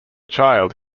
child